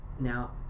Now